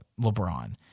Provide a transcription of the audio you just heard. LeBron